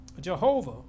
Jehovah